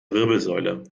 wirbelsäule